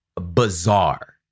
Bizarre